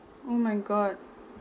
oh my god